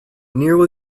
nearly